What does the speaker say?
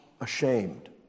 ashamed